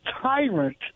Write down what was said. tyrant